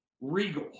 regal